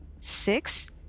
six